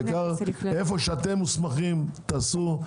איפה שאתם מוסמכים, תעשו.